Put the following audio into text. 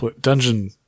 dungeon